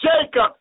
Jacob